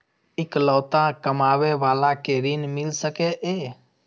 इकलोता कमाबे बाला के ऋण मिल सके ये?